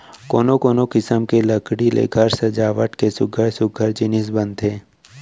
कोनो कोनो किसम के लकड़ी ले घर सजावट के सुग्घर सुग्घर जिनिस बनथे